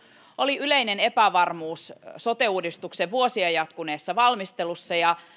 oli yleinen epävarmuus sote uudistuksen vuosia jatkuneessa valmistelussa ja